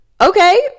okay